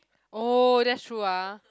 oh that's true ah